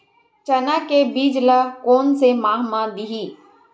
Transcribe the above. चना के बीज ल कोन से माह म दीही?